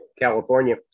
California